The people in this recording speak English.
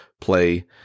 play